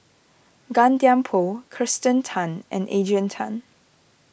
Gan Thiam Poh Kirsten Tan and Adrian Tan